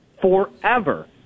forever